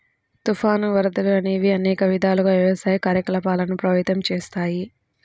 తుఫాను, వరదలు అనేవి అనేక విధాలుగా వ్యవసాయ కార్యకలాపాలను ప్రభావితం చేస్తాయి